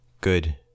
Good